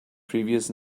previous